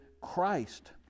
Christ